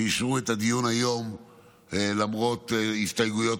שאישרו את הדיון היום למרות הסתייגויות